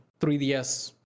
3DS